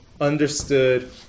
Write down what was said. understood